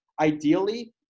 ideally